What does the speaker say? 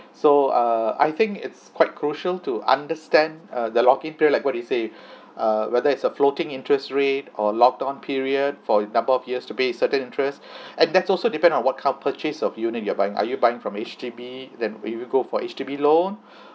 so uh I think it's quite crucial to understand uh the lock in period like what you say uh whether it's a floating interest rate or lock on period for a number of years to pay certain interest and that's also depend on what kind of purchase of unit you are buying are you buying from H_D_B then will you go for H_D_B loan